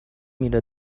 میره